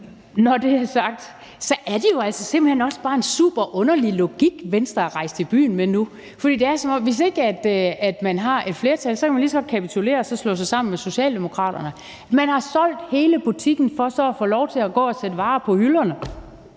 Når det er sagt, er det jo altså simpelt hen også bare en superunderlig logik, Venstre nu er rejst i byen med. For det er, som om man, hvis man ikke har et flertal, så lige så godt kan kapitulere og slå sig sammen med Socialdemokraterne. Man har solgt hele butikken for så at få lov til at gå og sætte varer på hylderne